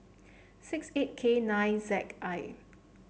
six eight K nine Z I